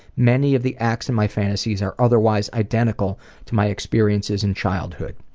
many of the acts in my fantasies are otherwise identical to my experiences in childhood.